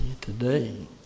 today